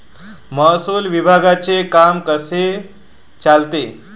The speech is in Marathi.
महसूल विभागाचे काम कसे चालते?